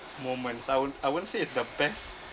moments I won't I won't say it's the best